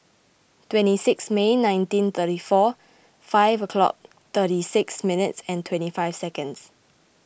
twenty six May nineteen thirty four five o'clock thirty six minutes twenty five seconds